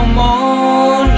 more